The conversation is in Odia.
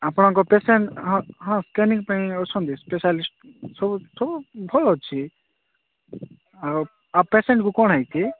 ଆପଣଙ୍କ ପେସେଣ୍ଟ ହଁ ହଁ ଟ୍ରେନିଂ ପାଇଁ ଅଛନ୍ତି ସ୍ପେଶାଲିଷ୍ଟ ସବୁଠୁ ଭଲ ଅଛି ଆଉ ପେସେଣ୍ଟକୁ କ'ଣ ହୋଇଛି